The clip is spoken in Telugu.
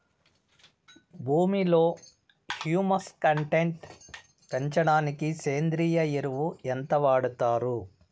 భూమిలో హ్యూమస్ కంటెంట్ పెంచడానికి సేంద్రియ ఎరువు ఎంత వాడుతారు